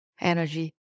energy